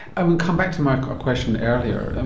i come back to my ah question earlier. and